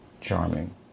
charming